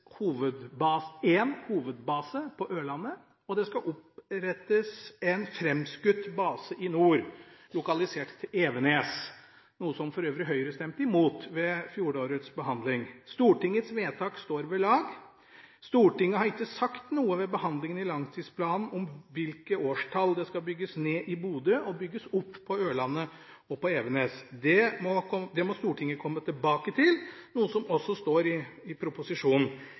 opprettes en hovedbase på Ørlandet, og det skal opprettes en framskutt base i nord, lokalisert til Evenes, noe som for øvrig Høyre stemte imot ved fjorårets behandling. Stortingets vedtak står ved lag. Stortinget sa ved behandlingen av langtidsplanen ikke noe om i hvilket år det skal bygges ned i Bodø og bygges opp på Ørlandet og på Evenes. Det må Stortinget komme tilbake til, noe som også står i proposisjonen.